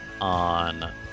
on